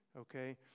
okay